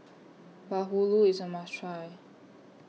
Bahulu IS A must Try